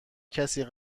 کسی